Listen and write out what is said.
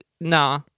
Nah